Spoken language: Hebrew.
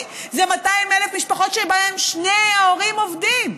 הן 200,000 משפחות שבהן שני ההורים עובדים.